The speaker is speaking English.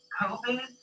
COVID